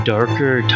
Darker